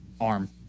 arm